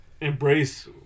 embrace